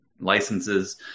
licenses